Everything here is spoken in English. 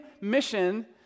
mission